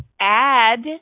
add